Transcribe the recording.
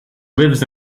lives